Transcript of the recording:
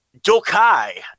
Dokai